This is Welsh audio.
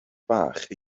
bach